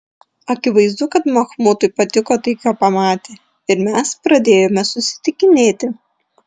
akivaizdu kad machmudui patiko tai ką pamatė ir mes pradėjome susitikinėti